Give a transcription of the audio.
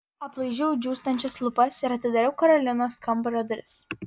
aplaižiau džiūstančias lūpas ir atidariau karolinos kambario duris